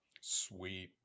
Sweet